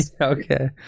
Okay